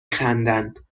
خندند